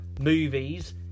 movies